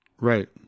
Right